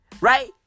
right